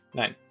nine